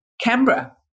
Canberra